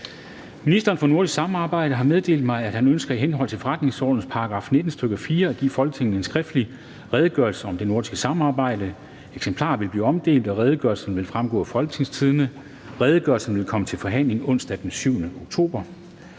Ministeren for nordisk samarbejde (Mogens Jensen) har meddelt mig, at han ønsker i henhold til forretningsordenens § 19, stk. 4, at give Folketinget en skriftlig Redegørelse om det nordiske samarbejde. (Redegørelse nr. R 2). Eksemplarer vil blive omdelt, og redegørelsen vil fremgå af www.folketingstidende.dk. Redegørelsen vil komme til forhandling onsdag den 7. oktober